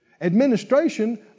Administration